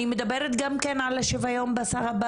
אני מדברת גם כן על השוויון בשכר,